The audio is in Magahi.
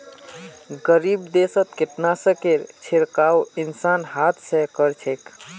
गरीब देशत कीटनाशकेर छिड़काव इंसान हाथ स कर छेक